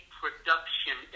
production